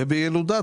ובילודה,